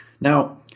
Now